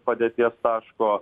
padėties taško